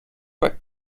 but